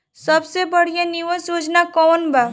सबसे बढ़िया निवेश योजना कौन बा?